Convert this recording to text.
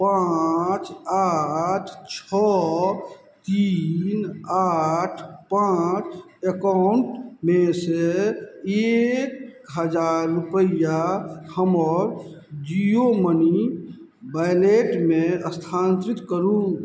पॉँच आठ छओ तीन आठ पॉँच एकाउंटमे सँ एक हजार रुपैआ हमर जिओ मनी वॉलेटमे स्थान्तरित करू